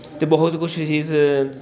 ਅਤੇ ਬਹੁਤ ਕੁਛ ਸੀ